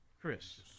Chris